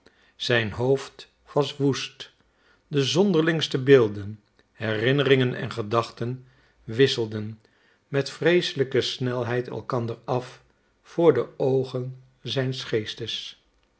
zijn hoofd was woest de zonderlingste beelden herinneringen en gedachten wisselden met vreeselijke snelheid elkander af voor de oogen zijns geestes